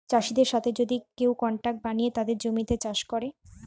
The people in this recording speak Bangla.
চাষিদের সাথে যদি কেউ কন্ট্রাক্ট বানিয়ে তাদের জমিতে চাষ করে